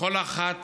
בכל אחת